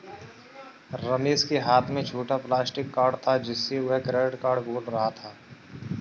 रमेश के हाथ में छोटा प्लास्टिक कार्ड था जिसे वह क्रेडिट कार्ड बोल रहा था